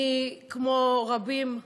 אני, כמו רבים,